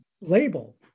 label